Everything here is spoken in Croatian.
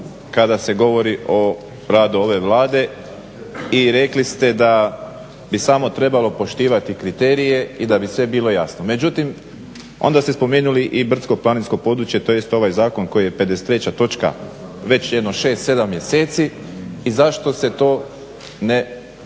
kada se govori o radu ove Vlade i rekli ste da bi samo trebalo poštivati kriterije i da bi sve bilo jasno. Međutim, onda ste spomenuli i brdsko-planinsko planinsko područje tj. ovaj zakon koji je 53. točka već jedno 6, 7 mjeseci i zašto se to ne